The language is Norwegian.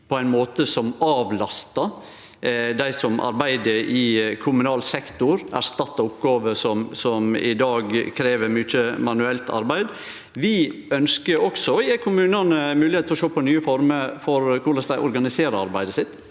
på ein måte som avlastar dei som arbeider i kommunal sektor, erstatte oppgåver som i dag krev mykje manuelt arbeid. Vi ønskjer også å gje kommunane moglegheit til å sjå på nye former for korleis dei organiserer arbeidet sitt.